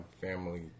family